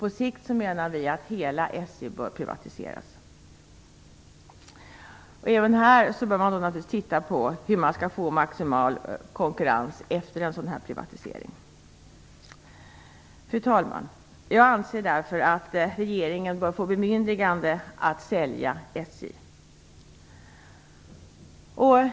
Vi menar att hela SJ på sikt bör privatiseras. Även här bör man titta på hur man skall uppnå maximal konkurrens efter en privatisering. Fru talman! Jag anser därför att regeringen bör få bemyndigandet att sälja SJ.